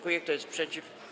Kto jest przeciw?